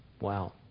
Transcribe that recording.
Wow